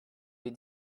les